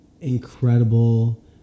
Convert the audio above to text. incredible